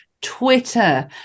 twitter